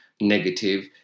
negative